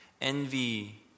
Envy